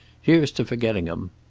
here's to forgetting em.